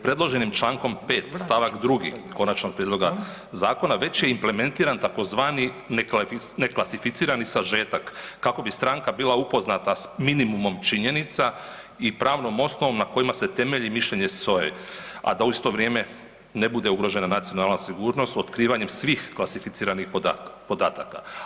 Predloženim Člankom 5. stavak 2. lonačnog prijedloga zakona već je implementiran tzv. neklasificirani sažetak kako bi stranka bila upoznata s minimumom činjenica i pravnom osnovom na kojima se temelji mišljenje SOA-e, a da u isto vrijeme ne bude ugrožena nacionalna sigurnost otkrivanjem svih klasificiranih podataka.